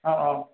অঁ অঁ